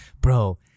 bro